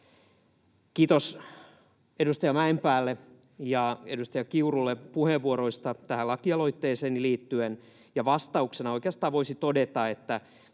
Kiitos edustaja Mäenpäälle ja edustaja Kiurulle puheenvuoroista tähän lakialoitteeseeni liittyen. Vastauksena oikeastaan voisi todeta, että